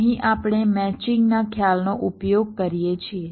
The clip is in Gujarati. અહીં આપણે મેચિંગ નાં ખ્યાલનો ઉપયોગ કરીએ છીએ